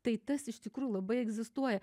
tai tas iš tikrųjų labai egzistuoja